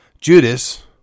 Judas